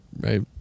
right